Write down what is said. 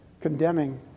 condemning